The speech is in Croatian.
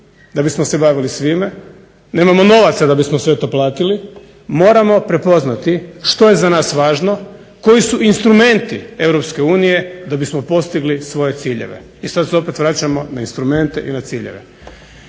da bismo se bavili svime, nemamo novaca da bismo sve to platili moramo prepoznati što je za nas važno, koji su instrumenti EU da bismo postigli svoje ciljeve. I sad se opet vraćamo na instrumente i na ciljeve.